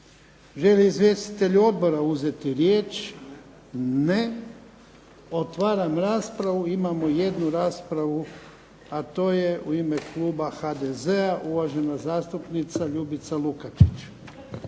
li izvjestitelji Odbora uzeti riječ? Ne. Otvaram raspravu. Imamo jednu raspravu a to je u ime Kluba HDZ-a uvažena zastupnica Ljubica LUkačić.